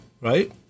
right